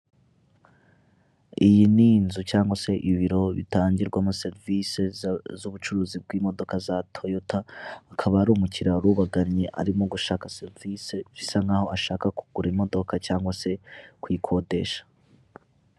Aya ni ameza ari mu nzu, bigaragara ko aya meza ari ayokuriho arimo n'intebe nazo zibaje mu biti ariko aho bicarira hariho imisego.